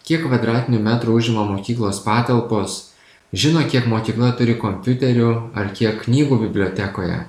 kiek kvadratinių metrų užima mokyklos patalpos žino kiek mokykla turi kompiuterių ar kiek knygų bibliotekoje